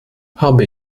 habe